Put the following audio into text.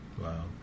Wow